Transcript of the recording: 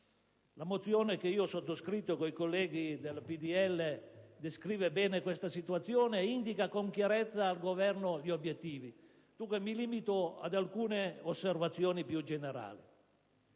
La mozione che ho sottoscritto con i colleghi del PdL descrive bene questa situazione e indica con chiarezza al Governo gli obiettivi da perseguire; dunque mi limito ad alcune osservazioni più generali.